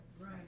Right